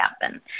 happen